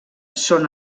són